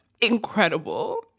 incredible